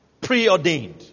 Preordained